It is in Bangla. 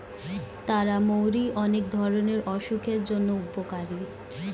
তারা মৌরি অনেক ধরণের অসুখের জন্য উপকারী